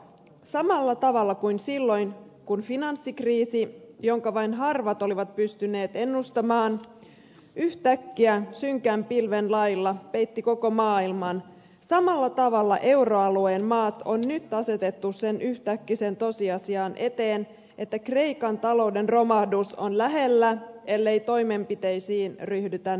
samalla tavalla kuin silloin kun finanssikriisi jonka vain harvat olivat pystyneet ennustamaan yhtäkkiä synkän pilven lailla petti koko maailman euroalueen maat on nyt asetettu sen yhtäkkisen tosiasian eteen että kreikan talouden romahdus on lähellä ellei toimenpiteisiin ryhdytä nopeasti